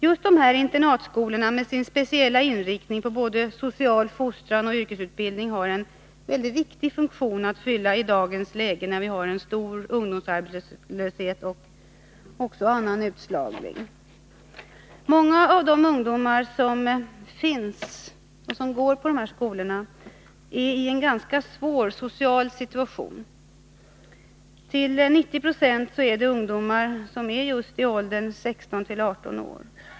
Just dessa internatskolor, med sin speciella inriktning på både social fostran och yrkesutbildning, har en mycket viktig funktion att fylla i dagens läge med stor ungdomsarbetslöshet och annan utslagning. Många av de ungdomar som i dag vistas på dessa skolor befinner sig i en ganska svår social situation. Till 90 96 är det ungdomar i åldern 16-18 år.